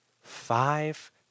five